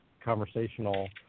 conversational